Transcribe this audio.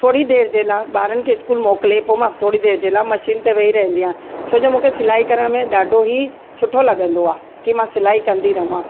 थोरी देरि जे लाइ ॿारनि खे स्कूल मोकिले पोइ थोरी देरि जे लाइ मशीन ते वही रहंदी आहियां छो जो मूंखे सिलाई करण में ॾाढो ई सुठो लगंदो आहे की मां सिलाई कंदी रहियां